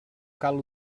cal